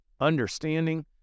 understanding